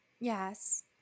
Yes